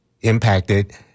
impacted